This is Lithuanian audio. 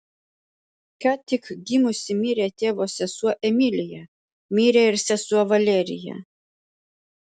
ką tik gimusi mirė tėvo sesuo emilija mirė ir sesuo valerija